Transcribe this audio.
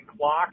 clock